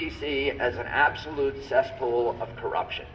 d c as an absolute cesspool of corruption